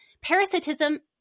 parasitism